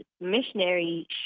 missionary